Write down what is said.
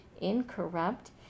incorrupt